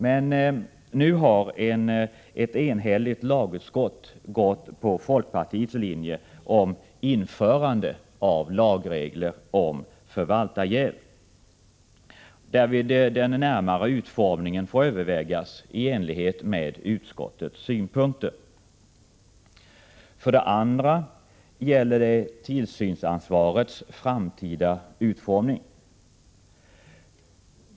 Men nu har ett enhälligt lagutskott gått på folkpartiets linje om införande av lagregler om förvaltarjäv, och den närmare utformningen får därvid övervägas i enlighet med utskottets synpunkter. Vidare gäller det tillsynsansvarets framtida utformning.